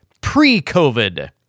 pre-COVID